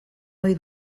ohi